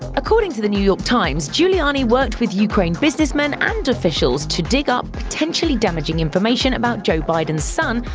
according to the new york times, giuliani worked with ukraine businessmen and officials to dig up potentially damaging information about joe biden's son,